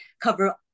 cover